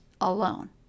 alone